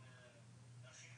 אני אסביר,